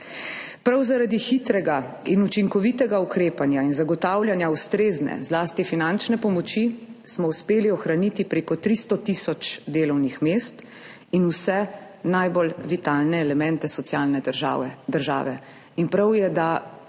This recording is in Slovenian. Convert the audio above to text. Prav zaradi hitrega in učinkovitega ukrepanja in zagotavljanja ustrezne zlasti finančne pomoči smo uspeli ohraniti prek 300 tisoč delovnih mest in vse najbolj vitalne elemente socialne države.